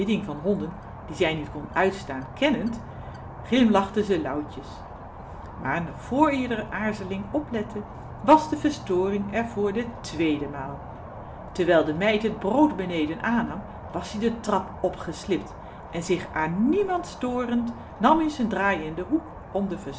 van honden die zij niet kon uitstaan kennend glimlachte ze lauwtjes maar nog vr ie r aarzeling oplette was de verstoring er voor de tweede maal terwijl de meid t brood beneden aannam was-ie de trap opgeslipt en zich aan niemand storend namie z'n draai in den hoek om den